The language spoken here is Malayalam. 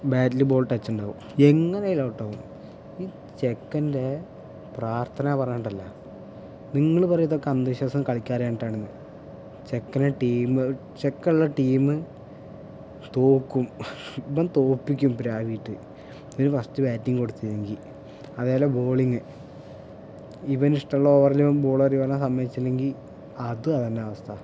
ബാറ്റിൽ ബോൾ ടച്ച് ഉണ്ടാവും എങ്ങനേലും ഔട്ട് ആവും ഈ ചെക്കൻ്റെ പ്രാർത്ഥന പറഞ്ഞാലുണ്ടല്ലോ നിങ്ങള് പറയും ഇതൊക്കെ അന്ധവിശ്വാസം കളിയ്ക്കാൻ അറിയാഞ്ഞിട്ടാണെന്ന് ചെക്കന് ടീം ചെക്കനുള്ള ടീം തോൽക്കും ഇവൻ തോൽപ്പിക്കും പ്രാകീട്ട് ഇവന് ഫസ്റ്റ് ബാറ്റിംഗ് കൊടുത്തില്ലെങ്കിൽ അതേപോലെ ബോളിങ് ഇവനിഷ്ടമുള്ള ഓവറില് ബോൾ എറിയാൻ ഇവനെ സമ്മതിച്ചില്ലെങ്കിൽ അതും അത് തന്നെ അവസ്ഥ